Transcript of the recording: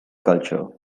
culture